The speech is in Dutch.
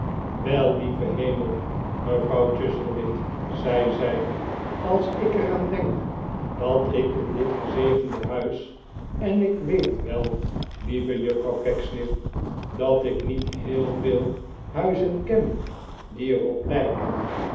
wel lieve hemel mevrouw chuzzlewit zei zij als ik er aan denk dat ik in dit gezegende huis en ik weet wel lieve juffrouw pecksniff dat ik niet heel veel huizen ken die er op lijken